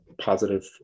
positive